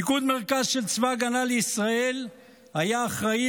פיקוד מרכז של צבא ההגנה לישראל היה אחראי